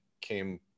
came